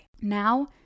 Now